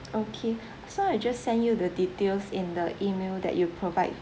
okay so I just send you the details in the email that you provide